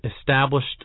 established